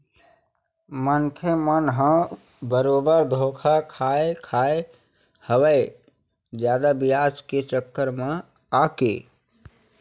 मनखे मन ह बरोबर धोखा खाय खाय हवय जादा बियाज के चक्कर म आके